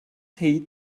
heed